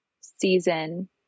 season